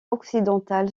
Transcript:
occidental